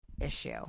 issue